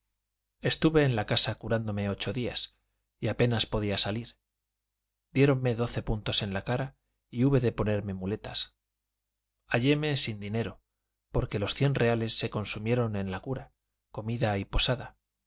estuve en la casa curándome ocho días y apenas podía salir diéronme doce puntos en la cara y hube de ponerme muletas halléme sin dinero porque los cien reales se consumieron en la cura comida y posada